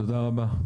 תודה רבה.